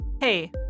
Hey